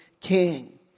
king